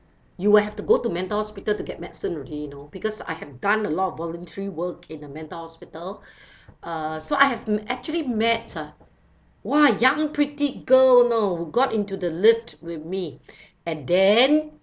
you will have to go to mental hospital to get medicine already you know because I have done a lot of voluntary work in the mental hospital uh so I have actually met a !wah! young pretty girl you know got into the lift with me and then